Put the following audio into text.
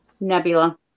Nebula